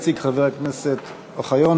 יציג חבר הכנסת אוחיון.